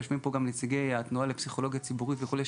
יושבים פה גם נציגי התנועה לפסיכולוגיה ציבורית וכולי,